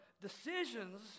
decisions